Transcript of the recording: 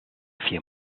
few